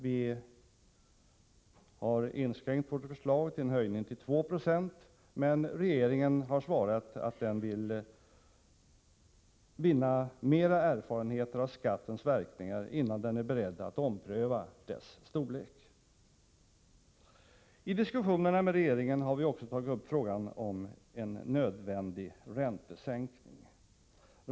Vi har inskränkt vårt förslag till en höjning till 2 76, men regeringen har svarat att den vill vinna mera erfarenhet av skattens verkningar, innan den är beredd att ompröva skattens storlek. Vidare har vi i diskussionerna med regeringen tagit upp frågan om en nödvändig räntesänkning.